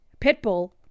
Pitbull